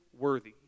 Worthy